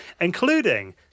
including